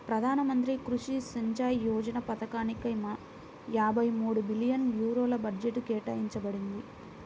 ప్రధాన మంత్రి కృషి సించాయ్ యోజన పథకానిక యాభై మూడు బిలియన్ యూరోల బడ్జెట్ కేటాయించబడింది